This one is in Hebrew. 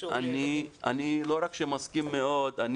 אני לא רק שמסכים מאוד,